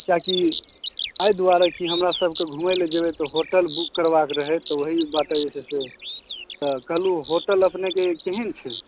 कियाकि एहि दुआरे कि हमरा सबके घुमै लए जेबै तऽ होटल बुक करबाक रहै तऽ ओहि बाटे जे छै से तऽ कहलहुॅं होटल अपने के केहेन छै